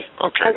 Okay